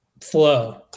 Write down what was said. flow